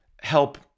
help